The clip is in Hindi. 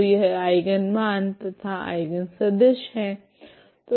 तो यह आइगेन मान तथा आइगेन सदिश है